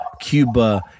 Cuba